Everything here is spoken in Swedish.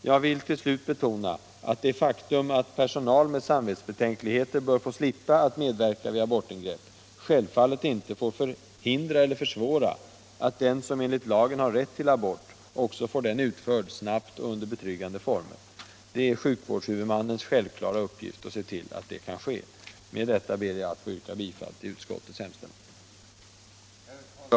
Jag vill till slut betona, att det faktum att personal med samvetsbetänkligheter bör få slippa att medverka vid abortingrepp självfallet inte får förhindra eller försvåra att den som enligt lagen har rätt till abort också får den utförd snabbt och under betryggande former. Det är sjukvårdshuvudmannens självklara uppgift att se till att detta kan ske. Med detta ber jag att få yrka bifall till utskottets hemställan.